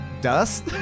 Dust